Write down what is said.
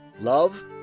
love